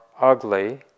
ugly